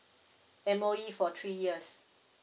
M_O_E for three years